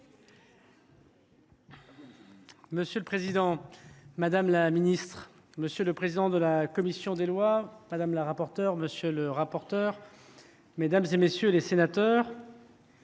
Monsieur le président, monsieur le président de la commission des lois, madame la rapporteure, monsieur le rapporteur, mesdames, messieurs les sénateurs,